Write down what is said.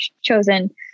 chosen